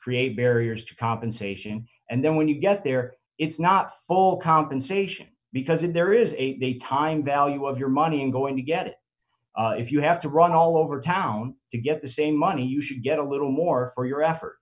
create barriers to compensation and then when you get there it's not all compensation because if there is a time value of your money and go and you get it if you have to run all over town to get the same money you should get a little more for your effort